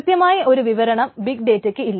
കൃത്യമായ ഒരു വിവരണം ബിഗ് ഡേറ്റക്ക് ഇല്ല